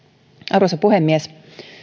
arvoisa puhemies